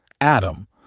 Adam